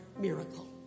miracle